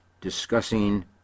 discussing